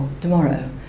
tomorrow